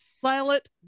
Silent